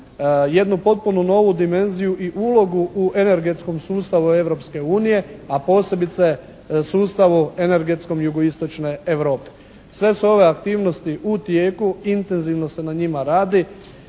jednu potpuno novu dimenziju i ulogu u energetskom sustavu Europske unije a posebice sustavu energetskom i jugoistočne Europe. Sve su ove aktivnosti u tijeku. Intenzivno se na njima radi.